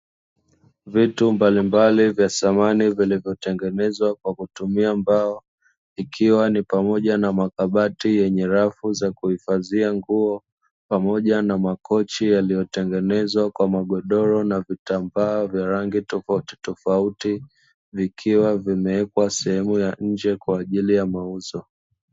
Vitu mbalimbali vya samani vilivyotengenezwa kwa kutumia mbao. Ikiwa ni pamoja na makabati yenye rafu za kuhifadhia nguo pamoja na makochi yaliyotengenezwa kwa magodoro na vitambaa vya rangi tofauti tofauti, vikiwa vimewekwa sehemu ya nje kwa ajili ya mauzo.